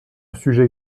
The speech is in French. sujet